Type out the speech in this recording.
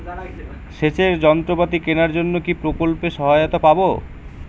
সেচের যন্ত্রপাতি কেনার জন্য কি প্রকল্পে সহায়তা পাব?